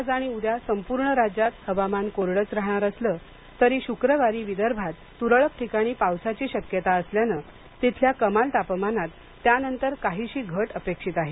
आज आणि उद्या संपूर्ण राज्यात हवामान कोरडंच राहणार असलं तरी शुक्रवारी विदर्भात तुरळक ठिकाणी पावसाची शक्यता असल्यानं तिथल्या कमाल तापमानात त्यानंतर काहीशी घट अपेक्षित आहे